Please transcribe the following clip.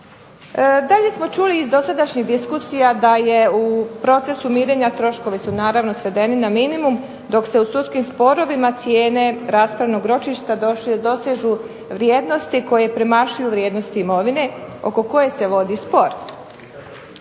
Dalje smo čuli iz dosadašnjih diskusija da je u procesu mirenja troškovi su naravno svedeni na minimum dok se u sudskim sporovima cijene raspravnog ročišta dosežu vrijednosti koje premašuju vrijednosti imovine oko koje se vodi spor.